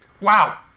Wow